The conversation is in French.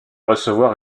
recevoir